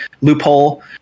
loophole